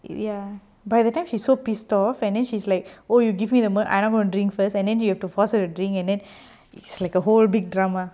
ya by the time she so pissed off and then she's like oh you give me the milk I not going to drink first and then you have to force her to drink and then it's like a whole big drama